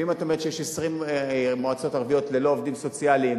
ואם את אומרת שיש 20 מועצות ערביות ללא עובדים סוציאליים,